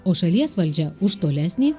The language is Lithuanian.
o šalies valdžia už tolesnį